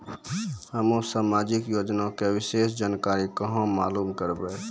हम्मे समाजिक योजना के विशेष जानकारी कहाँ मालूम करबै?